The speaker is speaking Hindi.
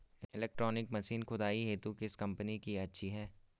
इलेक्ट्रॉनिक मशीन खुदाई हेतु किस कंपनी की अच्छी है?